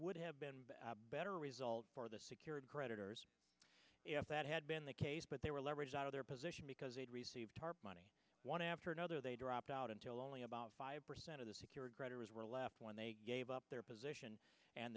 would have been a better result for the secured creditors if that had been the case but they were leveraged out of their position because they'd received tarp money one after another they dropped out until only about five percent of the secured creditors were left when they gave up their position and